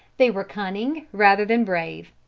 they were cunning rather than brave.